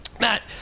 Matt